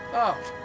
oh.